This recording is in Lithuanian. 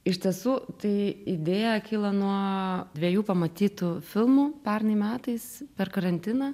iš tiesų tai idėja kyla nuo dvejų pamatytų filmų pernai metais per karantiną